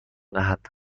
دهند